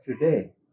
today